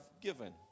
given